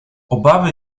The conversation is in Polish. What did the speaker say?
obawy